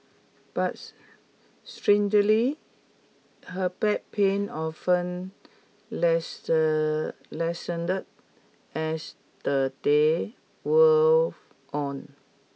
but her back pain often lessened as the day wore on